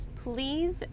Please